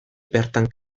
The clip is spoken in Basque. bertan